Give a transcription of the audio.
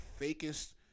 fakest